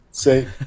say